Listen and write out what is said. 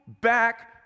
back